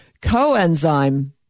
coenzyme